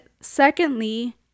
secondly